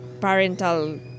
parental